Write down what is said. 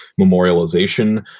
memorialization